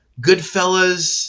Goodfellas